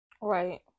Right